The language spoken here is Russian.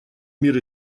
мир